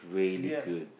ya